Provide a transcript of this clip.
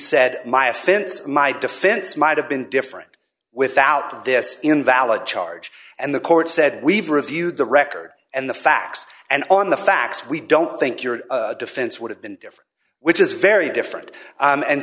offense my defense might have been different without this invalid charge and the court said we've reviewed the record and the facts and on the facts we don't think your defense would have been different which is very different